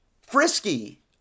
Frisky